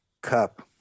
cup